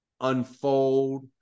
unfold